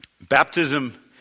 Baptism